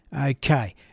Okay